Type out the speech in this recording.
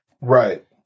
Right